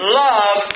love